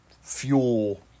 fuel